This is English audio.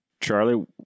Charlie